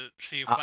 see